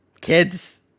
kids